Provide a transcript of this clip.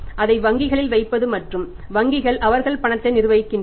அதை வங்கிகளில் வைப்பது மற்றும் வங்கிகள் அவர்கள் பணத்தை நிர்வகிக்கின்றன